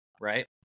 Right